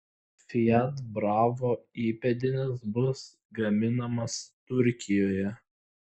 fiat bravo įpėdinis bus gaminamas turkijoje